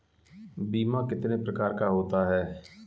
बीमा कितने प्रकार का होता है?